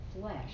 flesh